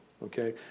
Okay